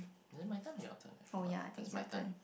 is it my turn or your turn I forgot is my turn